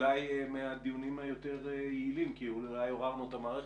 זה אולי מהדיונים היותר יעילים כי אולי עוררנו את המערכת,